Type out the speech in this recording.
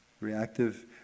Reactive